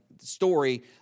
story